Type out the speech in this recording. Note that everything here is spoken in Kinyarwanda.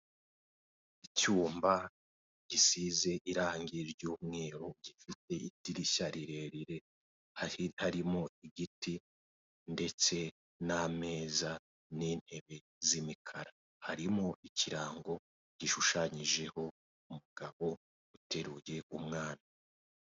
Icyumba gisize irangi ry'umweru, gifite idirishya rirerire, harimo igiti ndetse n'ameza n'intebe z'imikara. Harimo ikirango gishushanyijeho umugabo uteruye umwana.